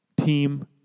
team